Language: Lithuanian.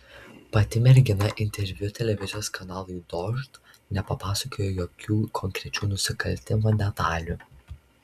pati mergina interviu televizijos kanalui dožd nepapasakojo jokių konkrečių nusikaltimo detalių